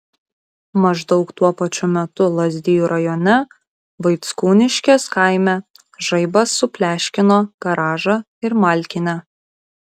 maždaug tuo pačiu metu lazdijų rajone vaickūniškės kaime žaibas supleškino garažą ir malkinę